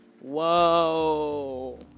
Whoa